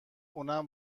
اونم